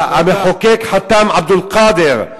המחוקק חאתם עבד אל-קאדר,